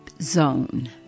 zone